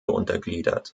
untergliedert